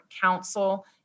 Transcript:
council